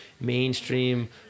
mainstream